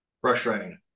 Frustrating